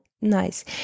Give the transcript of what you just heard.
nice